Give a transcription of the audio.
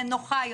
לנוחה יותר?